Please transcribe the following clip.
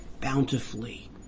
bountifully